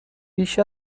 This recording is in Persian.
بیش